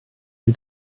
ein